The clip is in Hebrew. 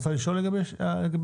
האם את רוצה לשאול לגבי (ב)?